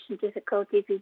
difficulties